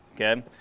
Okay